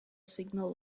signal